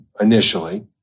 initially